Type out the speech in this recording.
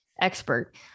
expert